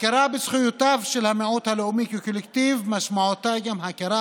הכרה בזכויותיו של המיעוט הלאומי כקולקטיב משמעותה גם הכרה